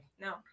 No